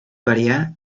variar